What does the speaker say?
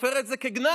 סופר את זה כגנאי,